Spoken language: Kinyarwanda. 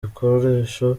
bikoresho